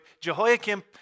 Jehoiakim